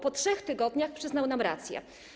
Po 3 tygodniach przyznał nam rację.